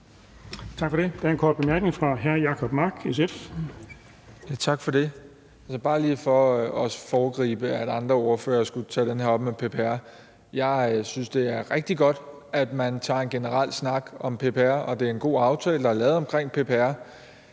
Tak for det. Der er en kort bemærkning fra hr. Jacob Mark, SF. Kl. 16:23 Jacob Mark (SF): Tak for det. Altså, bare lige for at foregribe, at andre ordførere skulle tage den her med PPR op: Jeg synes, det er rigtig godt, at man tager en generel snak om PPR, og det er en god aftale, der er lavet omkring PPR,